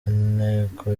inteko